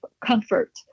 comfort